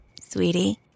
Sweetie